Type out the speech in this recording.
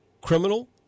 criminal